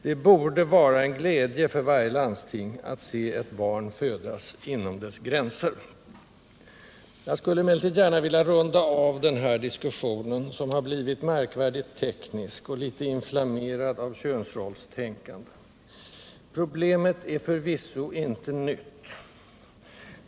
Det borde vara en glädje för varje landsting att se ett barn födas inom dess gränser. Jag skulle vilja runda av denna diskussion, som har blivit märkvärdigt teknisk och dessutom inflammerad av könsrollstänkande, med att säga att problemet förvisso inte är nytt.